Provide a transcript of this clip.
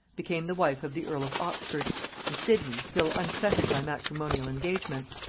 became the wife of the earl of oxford and sidney, still unfettered by matrimonial engagements,